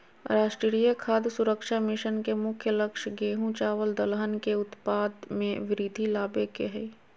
राष्ट्रीय खाद्य सुरक्षा मिशन के मुख्य लक्ष्य गेंहू, चावल दलहन के उत्पाद में वृद्धि लाबे के हइ